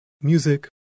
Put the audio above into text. Music